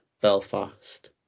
Belfast